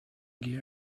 gear